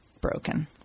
broken